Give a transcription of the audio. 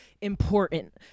important